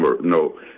no –